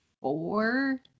four